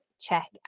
check